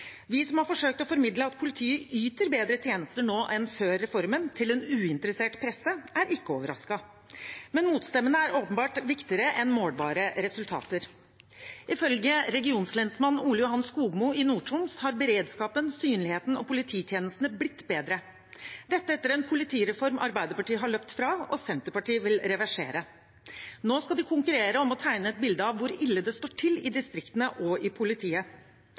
som har forsøkt å formidle til en uinteressert presse at politiet yter bedre tjenester nå enn før reformen, er ikke overrasket. Men motstemmene er åpenbart viktigere enn målbare resultater. Ifølge regionlensmann Ole Johan Skogmo i Nord-Troms har beredskapen, synligheten og polititjenestene blitt bedre – dette etter en politireform Arbeiderpartiet har løpt fra og Senterpartiet vil reversere. Nå skal de konkurrere om å tegne et bilde av hvor ille det står til i distriktene og i politiet.